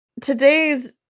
today's